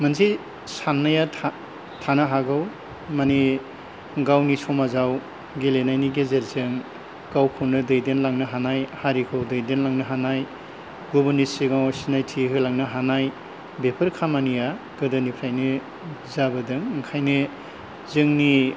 मोनसे साननाया था थानो हागौ माने गावनि समाजाव गेलेनायनि गेजेरजों गावखौनो दैदेनलांनो हानाय हारिखौ दैदेनलांनो हानाय गुबुननि सिगाङाव सिनायथि होलांनो हानाय बेफोर खामानिया गोदोनिफ्रायनो जाबोदों ओंखायनो जोंनि